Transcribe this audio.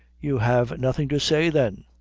you have nothing to say, then?